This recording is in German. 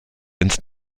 ins